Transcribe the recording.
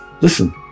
listen